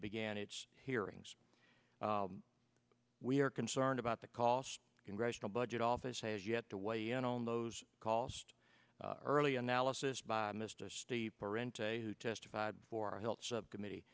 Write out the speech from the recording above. began its hearings we are concerned about the costs congressional budget office has yet to weigh in on those cost early analysis by mr steeper into a who testified for health subcommittee